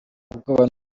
ubwoba